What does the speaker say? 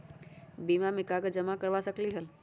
बीमा में कागज जमाकर करवा सकलीहल?